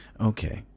Okay